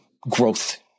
growth